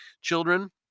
children